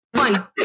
One